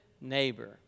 neighbor